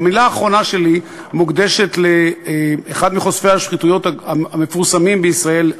המילה האחרונה שלי מוקדשת לאחד מחושפי השחיתויות המפורסמים בישראל,